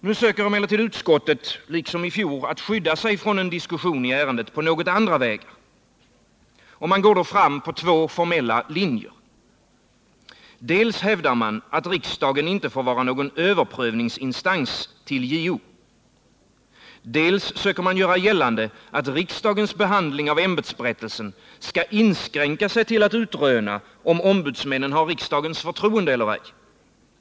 Nu söker emellertid utskottet, liksom i fjol, att skydda sig från en diskussion i ärendet på andra vägar. Man går då fram på två formella linjer: Dels hävdar man att riksdagen inte får vara någon överprövningsinstans till JO, dels söker man göra gällande att riksdagens behandling av ämbetsberättelsen skall inskränka sig till att utröna om ombudsmännen har riksdagens förtroende eller ej.